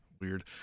weird